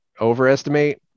overestimate